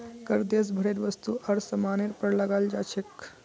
कर देश भरेर वस्तु आर सामानेर पर लगाल जा छेक